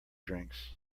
drinks